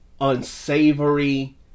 unsavory